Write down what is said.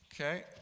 Okay